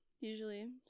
usually